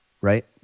right